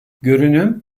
görünüm